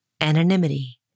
anonymity